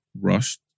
rushed